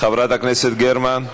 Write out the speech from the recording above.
חברת הכנסת גרמן,